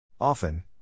Often